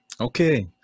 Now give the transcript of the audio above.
okay